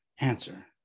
Answer